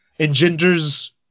engenders